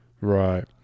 Right